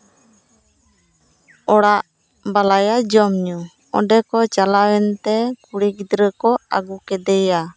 ᱚᱲᱟᱜ ᱵᱟᱞᱟᱭ ᱡᱚᱢ ᱧᱩ ᱚᱸᱰᱮ ᱠᱚ ᱪᱟᱞᱟᱣᱮᱱᱛᱮ ᱠᱩᱲᱤ ᱜᱤᱫᱽᱨᱟᱹ ᱠᱚ ᱟᱜᱩ ᱠᱮᱫᱮᱭᱟ